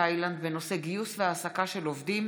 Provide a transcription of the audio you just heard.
תאילנד בנושא: גיוס והעסקה של עובדים